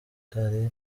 kare